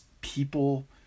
people